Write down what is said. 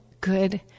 good